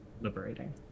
liberating